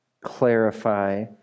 clarify